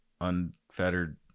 unfettered